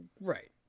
Right